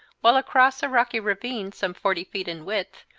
while across a rocky ravine some forty feet in width,